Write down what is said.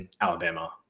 Alabama